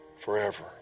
forever